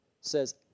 says